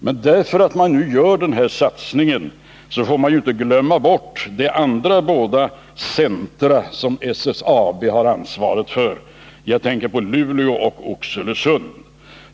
Men bara därför att man nu gör den här satsningen får man inte glömma bort de båda andra centra som SSAB har ansvaret för. Jag tänker på Luleå och Oxelösund.